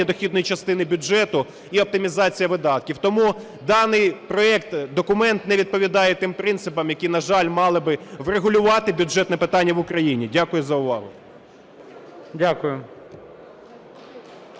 дохідної частини бюджету і оптимізація видатків. Тому даний проект, документ не відповідає тим принципам, які, на жаль, мали би врегулювати бюджетне питання в Україні. Дякую за увагу.